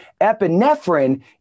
Epinephrine